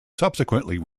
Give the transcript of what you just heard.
subsequently